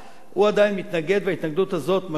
הוא עדיין מתנגד וההתנגדות הזאת משאירה